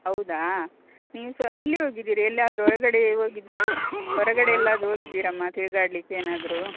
ಹೌದಾ ನೀವು ಸಹ ಎಲ್ಲಿ ಹೋಗಿದ್ದೀರಿ ಎಲ್ಲಾದರು ಹೊರಗಡೆ ಹೋಗಿದ್ ಹೊರಗಡೆ ಎಲ್ಲಾದರು ಹೋಗಿದ್ದೀರಾ ಅಮ್ಮ ತಿರ್ಗಾಡ್ಲಿಕೆ ಏನಾದರು